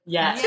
Yes